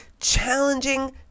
challenging